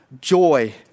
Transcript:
Joy